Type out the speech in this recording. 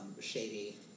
shady